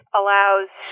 allows